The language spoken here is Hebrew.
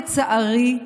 לצערי,